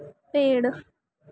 पेड़